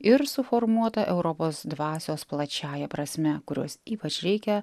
ir suformuota europos dvasios plačiąja prasme kurios ypač reikia